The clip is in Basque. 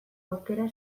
aukera